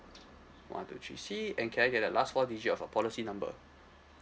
one two three C and can I get the last four digit of your policy number